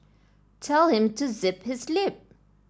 tell him to zip his lip